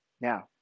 Now